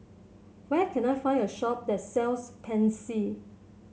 where can I find a shop that sells Pansy